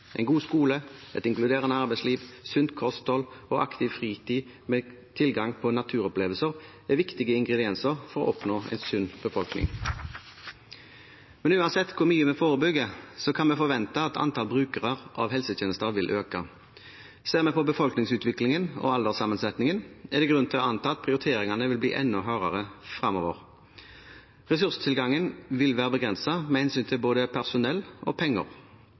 En god skole, et inkluderende arbeidsliv, et sunt kosthold og aktiv fritid med tilgang på naturopplevelser er viktige ingredienser for å oppnå en sunn befolkning. Men uansett hvor mye vi forebygger, kan vi forvente at antall brukere av helsetjenester vil øke. Ser vi på befolkningsutviklingen og alderssammensetningen, er det grunn til å anta at prioriteringene vil bli enda hardere fremover. Ressurstilgangen vil være begrenset med hensyn til både personell og penger.